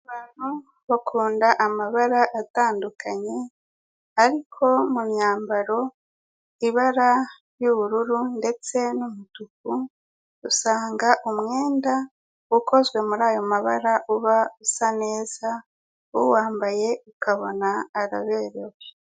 Abantu bakunda amabara atandukanye, ariko mu myambaro ibara ry'ubururu ndetse n'umutuku, usanga umwenda ukozwe muri ayo mabara, uba usa neza, uwambaye ukabona araberewe.